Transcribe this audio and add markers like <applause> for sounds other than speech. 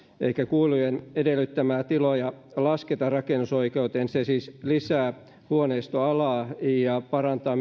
elikkä kuilujen edellyttämiä tiloja lasketaan rakennusoikeuteen se siis lisää huoneistoalaa ja myöskin parantaa <unintelligible>